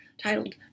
titled